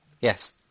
Yes